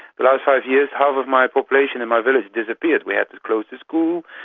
the last five years half of my population in my village disappeared, we had to close the school,